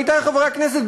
עמיתי חברי הכנסת,